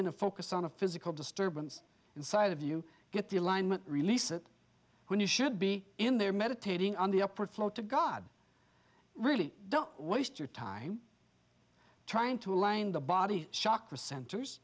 into focus on a physical disturbance inside of you get the alignment release it when you should be in there meditating on the upper flow to god really don't waste your time trying to align the body shocker centers